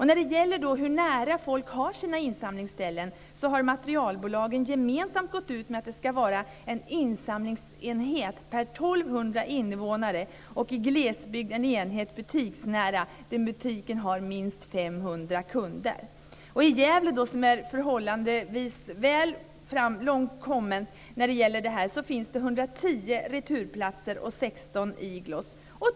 När det gäller hur nära folk ska ha till sina insamlingsställen har materialbolagen gemensamt gått ut med att ska vara en insamlingsenhet per 1 200 invånare och i glesbygd en butiksnära enhet där butiken ska ha minst 500 kunder. I Gävle, som har kommit förhållandevis långt med detta, finns 110 returplatser och 16 igloor.